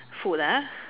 food ah